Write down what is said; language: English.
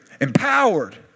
empowered